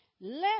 let